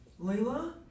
Layla